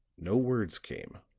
no words came